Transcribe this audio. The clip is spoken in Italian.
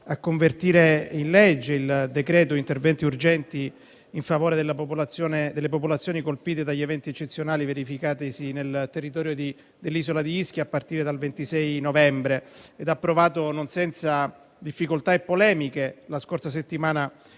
a convertire in legge il decreto-legge recante interventi urgenti in favore delle popolazioni colpite dagli eventi eccezionali verificatisi nel territorio dell'isola di Ischia a partire dal 26 novembre, approvato non senza difficoltà e polemiche la scorsa settimana